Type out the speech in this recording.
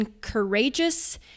courageous